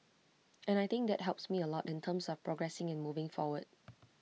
and I think that helps me A lot in terms of progressing and moving forward